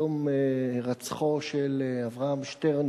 יום הירצחו של אברהם שטרן,